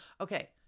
okay